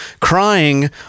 Crying